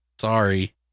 Sorry